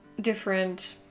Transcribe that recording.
different